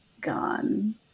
gone